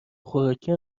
خوراکی